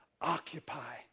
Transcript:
Occupy